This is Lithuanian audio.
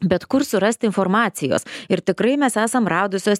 bet kur surasti informacijos ir tikrai mes esam radusios